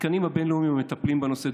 התקנים הבין-לאומיים המטפלים בנושא,